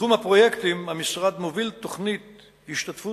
בתחום הפרויקטים המשרד מוביל תוכנית השתתפות